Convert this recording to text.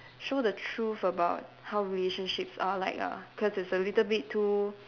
show the truth about how relationships are like ah cause it's a little bit too